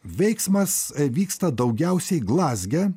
veiksmas vyksta daugiausiai glazge